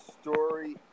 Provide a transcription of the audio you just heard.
story